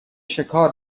شکار